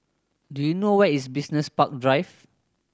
do you know where is Business Park Drive